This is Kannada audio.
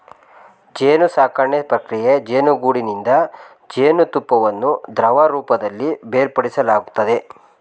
ಜೇನುಸಾಕಣೆ ಪ್ರಕ್ರಿಯೆ ಜೇನುಗೂಡಿನಿಂದ ಜೇನುತುಪ್ಪವನ್ನು ದ್ರವರೂಪದಲ್ಲಿ ಬೇರ್ಪಡಿಸಲಾಗ್ತದೆ